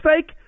fake